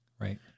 Right